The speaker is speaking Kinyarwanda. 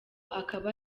akaba